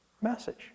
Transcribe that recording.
message